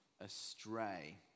astray